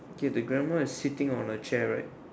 okay the grandma is sitting on a chair right